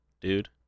dude